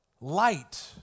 light